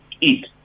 eat